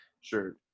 Sure